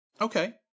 Okay